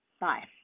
Bye